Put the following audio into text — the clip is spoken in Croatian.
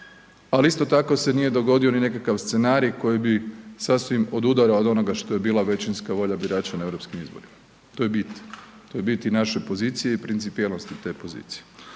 ali isto tako se nije dogodio ni nekakav scenarij koji bi sasvim odudarao od onoga što je bila većinska volja birača na europskim izborima, to je bit, to je bit i naše pozicije i principijelnosti te pozicije.